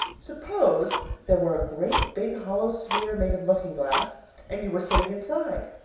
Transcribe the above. suppose there were a great big hollow sphere made of looking-glass and you were sitting inside.